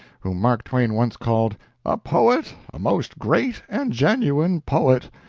whom mark twain once called a poet, a most great and genuine poet,